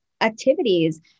activities